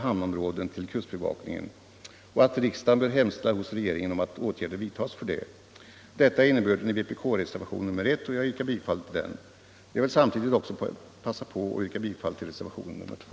hamnområden — till kustbevakningen och att riksdagen bör hemställa hos regeringen om att åtgärder vidtas för detta. Detta är innebörden i vpk-reservationen nr 1, och jag yrkar bifall till den. Samtidigt vill jag yrka bifall till reservation nr 2.